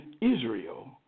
Israel